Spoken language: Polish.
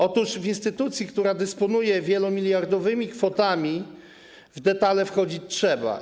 Otóż w instytucji, która dysponuje wielomiliardowymi kwotami, w detale wchodzić trzeba.